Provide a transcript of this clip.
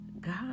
God